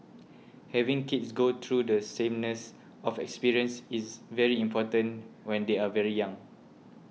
having kids go through the sameness of experience is very important when they are very young